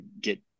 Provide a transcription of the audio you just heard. get